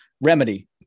remedy